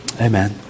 Amen